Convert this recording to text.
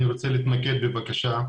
אני רוצה להתמקד בבקשה.